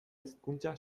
hezkuntza